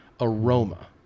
aroma